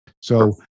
So-